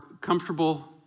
comfortable